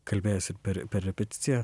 kalbėjęs ir per repeticiją